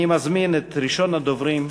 אני מזמין את ראשון הדוברים,